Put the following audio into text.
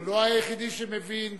הוא לא היחידי שמבין,